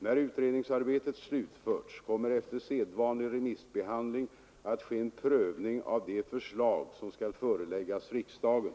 När utredningsarbetet slutförts kommer efter sedvanlig remissbehandling att ske en prövning av de förslag som skall föreläggas riksdagen.